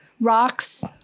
Rocks